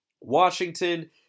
Washington